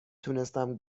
تونستم